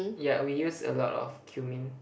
ya we use a lot of cumin